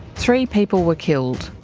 three people were killed,